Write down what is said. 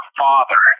father